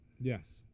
Yes